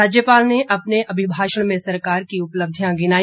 राज्यपाल ने अपने अभिभाषण में सरकार की उपलब्धियां गिनाई